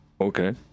Okay